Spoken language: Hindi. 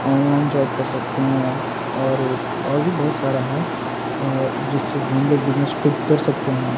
ऑनलाइन जॉब कर सकते हैं और और भी बहुत सारा है जिससे कि हम लोग बिजनेस खुद कर सकते हैं